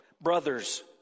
Brothers